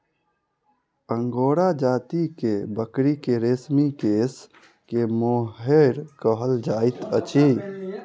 angora जाति के बकरी के रेशमी केश के मोहैर कहल जाइत अछि